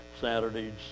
Saturdays